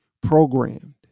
programmed